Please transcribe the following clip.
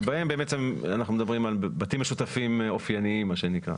שבעצם אנחנו מדברים על בתים משותפים אופייניים מה שנקרא.